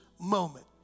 moment